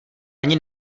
ani